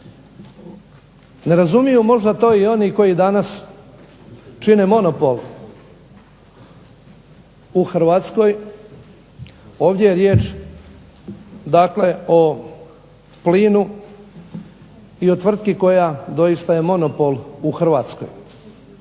Ne razumiju možda to i oni koji danas čine monopol u Hrvatskoj, ovdje je riječ dakle o plinu i o tvrtki koja doista je monopol u Hrvatskoj.